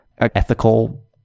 ethical